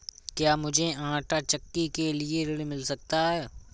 क्या मूझे आंटा चक्की के लिए ऋण मिल सकता है?